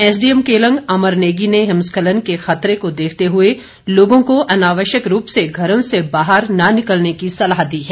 SDM Keylong Amar Negi ने हिमस्खलन के खतरे को देखते हुए लोगों को अनावश्यक रूप से घरों से बाहर न निकलने की सलाह दी है